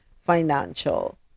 financial